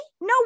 No